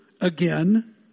again